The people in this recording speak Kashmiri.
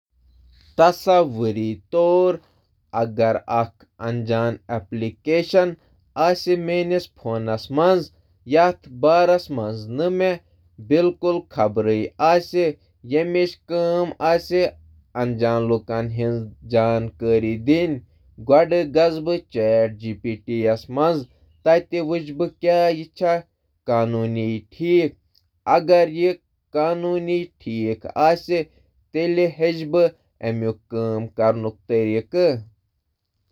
تصور کٔرِو، اگر کانٛہہ نامعلوم ایپلیکیشن آسہِ مےٚ فون، یُس لوٗکَن مُتعلِق زانٛکٲری دِوان، امہِ برٛونٛہہ زِ بہٕ کَرٕ یہِ application ChatGPT یَس پٮ۪ٹھ چیک کرنہٕ برٛونٛہہ یہِ قونوٗنی یا نہٕ قونوٗنی تہٕ بہٕ کَرٕ یہِ زانٕنٕچ کوٗشِش زِ یہِ ایپلیکیشن کِتھ کٔنۍ چھِ چلاوٕنۍ۔